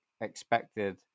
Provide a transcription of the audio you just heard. expected